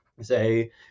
say